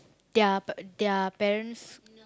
their p~ their parents